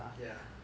ya